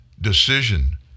Decision